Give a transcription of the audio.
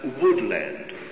woodland